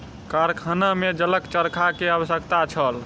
कारखाना में जलक चरखा के आवश्यकता छल